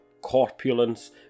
corpulence